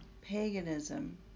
paganism